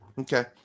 Okay